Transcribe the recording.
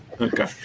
Okay